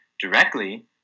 directly